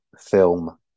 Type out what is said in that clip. film